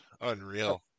Unreal